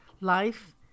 life